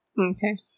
Okay